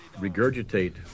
regurgitate